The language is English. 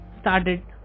started